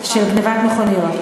של גנבת מכוניות.